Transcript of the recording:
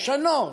לשנות.